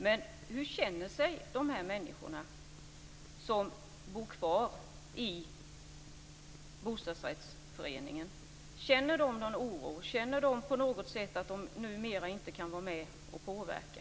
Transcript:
Men hur känner sig de människor som bor kvar i bostadsrättsföreningen? Känner de oro? Känner de på något sätt att de numera inte kan vara med och påverka?